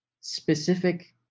specific